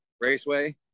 raceway